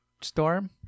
Storm